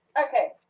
okay